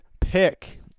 pick